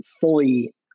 fully